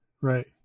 Right